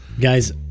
Guys